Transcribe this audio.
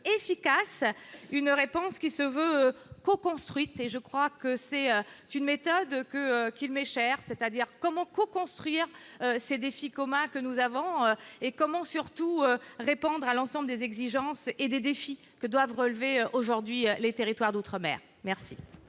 efficace une réponse qui se veut co-construite et je crois que c'est une méthode que qu'il m'est cher, c'est-à-dire comment co-construire ces défis communs que nous avons et comment surtout répondre à l'ensemble des exigences et des défis que doivent relever aujourd'hui les territoires d'outre- mer, merci.